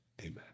amen